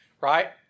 Right